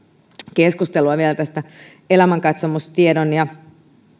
keskustelua vielä tästä elämänkatsomustiedon ja